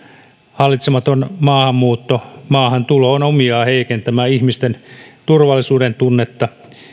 hallitsematon maahanmuutto maahantulo on omiaan heikentämään ihmisten turvallisuudentunnetta